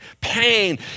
pain